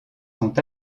sont